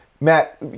Matt